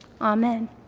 Amen